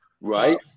right